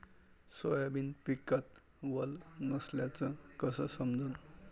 Soybean पिकात वल नसल्याचं कस समजन?